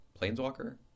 planeswalker